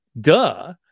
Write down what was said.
duh